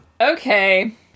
Okay